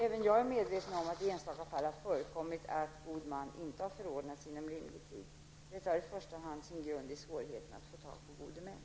Även jag är medveten om att det i enstaka fall har förekommit att god man inte har förordnats inom rimlig tid. Detta har i första hand sin grund i svårigheter att få tag på gode män.